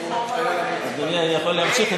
אדוני, אני יכול להמשיך?